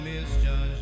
misjudged